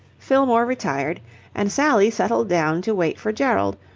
fillmore retired and sally settled down to wait for gerald,